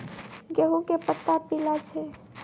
गेहूँ के पत्ता पीला छै?